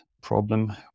problem